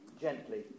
gently